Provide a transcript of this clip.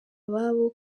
ababo